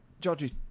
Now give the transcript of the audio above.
Georgie